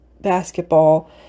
basketball